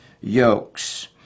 yokes